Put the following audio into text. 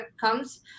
comes